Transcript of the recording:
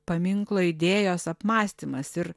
paminklo idėjos apmąstymas ir